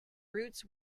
roots